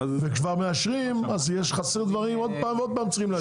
ואם כבר מאשרים אז חסר דברים ועוד פעם צריך להשלים,